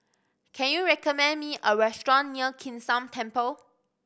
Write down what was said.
can you recommend me a restaurant near Kim San Temple